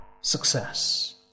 success